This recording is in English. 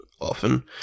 often